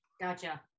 Gotcha